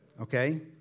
okay